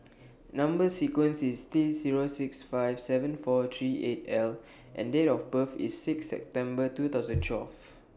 Number sequence IS T Zero six five seven four three eight L and Date of birth IS six September two thousand and twelve